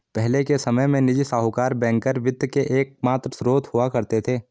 पहले के समय में निजी साहूकर बैंकर वित्त के एकमात्र स्त्रोत हुआ करते थे